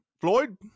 Floyd